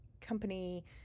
company